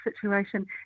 situation